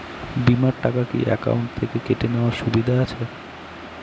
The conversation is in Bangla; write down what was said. বিমার টাকা কি অ্যাকাউন্ট থেকে কেটে নেওয়ার সুবিধা আছে?